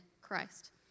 Christ